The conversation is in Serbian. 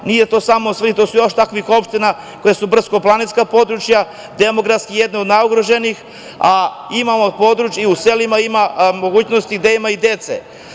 Nije to samo Svrljig, ima još takvih opština koje su brdsko-planinska područja, demografski jedno od najugroženijih, a imamo područja u selima gde ima i dece.